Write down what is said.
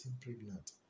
pregnant